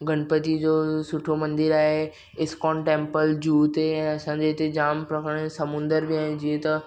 गणपतीअ जो सुठो मंदर आहे इस्कॉन टेंपल जुहु ते ऐं असांजे इते जामु प्रकारनि जा समुंदर बि आहे जीअं त